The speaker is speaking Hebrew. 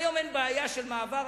והיום אין בעיה של מעבר,